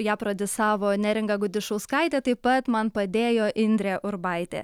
ją produsiavo neringa gudišauskaitė taip pat man padėjo indrė urbaitė